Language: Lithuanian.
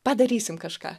padarysim kažką